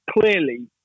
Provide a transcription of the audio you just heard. clearly